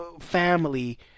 family